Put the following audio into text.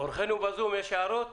אורחינו בזום, יש הערות?